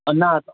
ना